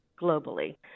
globally